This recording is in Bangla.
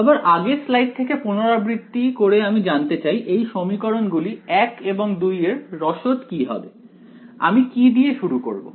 আবার আগের স্লাইড থেকে পুনরাবৃত্তি করে আমি জানতে চাই এই সমীকরণ গুলি 1 এবং 2 এর রসদ কি হবে আমি কি দিয়ে শুরু করবো